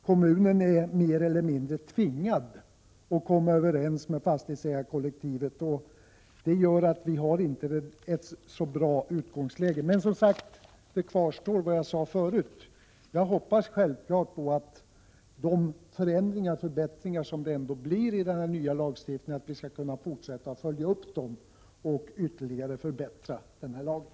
Kommunerna blir mer eller mindre tvingade att komma överens med fastighetsägarkollektivet och har därför inte ett särskilt bra utgångsläge. Det som jag sade förut kvarstår. Jag hoppas att de förändringar som den nya lagstiftningen ändå innebär skall kunna följas upp, så att lagen kan förbättras ytterligare.